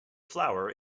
flower